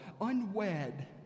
unwed